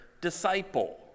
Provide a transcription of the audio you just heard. disciple